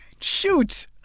Shoot